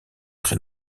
très